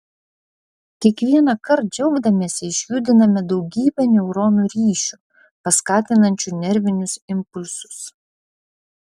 kiekvienąkart džiaugdamiesi išjudiname daugybę neuronų ryšių paskatinančių nervinius impulsus